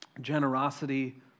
generosity